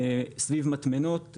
סביב מטמנות,